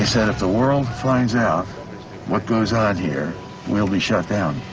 ah said if the world finds out what goes on here we'll be shut down.